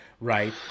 Right